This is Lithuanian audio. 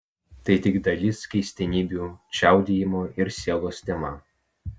tai tik dalis keistenybių čiaudėjimo ir sielos tema